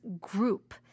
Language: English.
group